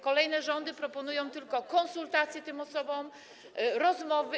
Kolejne rządy proponują tylko konsultacje tym osobom, rozmowy.